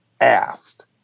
asked